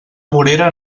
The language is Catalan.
vorera